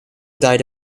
died